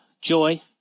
joy